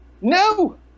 No